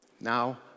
now